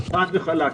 חד וחלק,